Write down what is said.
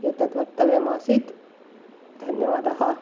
एतद् वक्तव्यम् आसीत् धन्यवादः